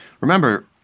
remember